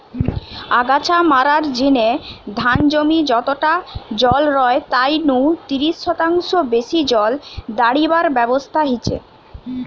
আগাছা মারার জিনে ধান জমি যতটা জল রয় তাই নু তিরিশ শতাংশ বেশি জল দাড়িবার ব্যবস্থা হিচে